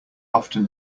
often